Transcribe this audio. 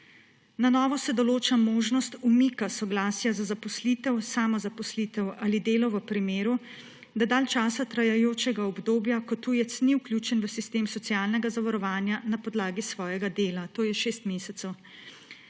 Na novo se določa možnost umika soglasja za zaposlitev, samozaposlitev ali delo v primeru dalj časa trajajočega obdobja, ko tujec ni vključen v sistem socialnega zavarovanja na podlagi svojega dela, to je 6 mesecev.